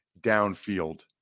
downfield